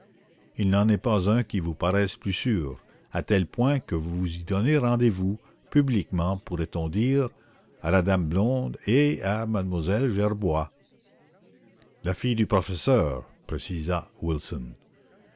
il n'en est pas un qui vous paraisse plus sûr à tel point que vous y donnez rendez-vous publiquement pourrait-on dire à la dame blonde et à m lle gerbois la fille du professeur précisa wilson